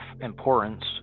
importance